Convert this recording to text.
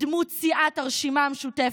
בדמות סיעת הרשימה המשותפת,